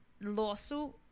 lawsuit